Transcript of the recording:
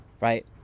right